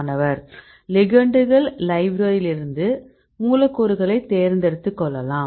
மாணவர் லிகெண்டுகள் லைப்ரரியிலிருந்து மூலக்கூறுகளை தேர்ந்தெடுத்துக் கொள்ளலாம்